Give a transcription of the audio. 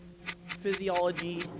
Physiology